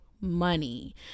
money